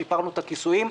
שיפרנו את הכיסויים,